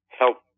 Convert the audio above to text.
help